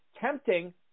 tempting